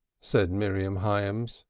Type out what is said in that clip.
said miriam hyams,